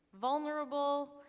vulnerable